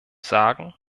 sagen